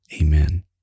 Amen